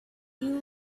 you